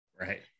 right